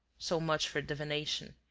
so much for divination.